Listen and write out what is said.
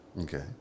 okay